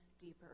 deeper